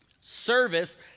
Service